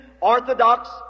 orthodox